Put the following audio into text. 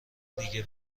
دیگه